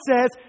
says